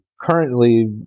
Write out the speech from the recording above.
currently